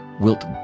wilt